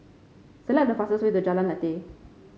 select the fastest way to Jalan Lateh